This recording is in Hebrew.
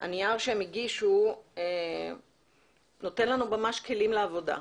הנייר שהם הגישו נותן לנו ממש כלים לעבודה.